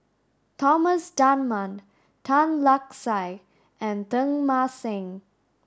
Thomas Dunman Tan Lark Sye and Teng Mah Seng